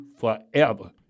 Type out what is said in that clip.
forever